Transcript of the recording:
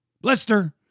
blister